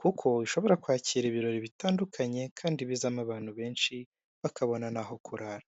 kuko ishobora kwakira ibirori bitandukanye kandi bizamo abantu benshi bakabona n'aho kurara.